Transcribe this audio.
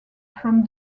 from